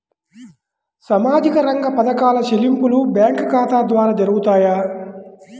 సామాజిక రంగ పథకాల చెల్లింపులు బ్యాంకు ఖాతా ద్వార జరుగుతాయా?